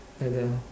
like that lor